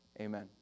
amen